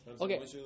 Okay